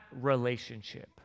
relationship